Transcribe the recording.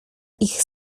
ich